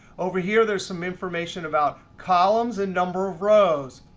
over here there's some information about columns and number of rows.